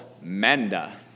Manda